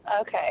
Okay